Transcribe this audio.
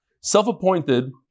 self-appointed